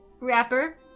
Rapper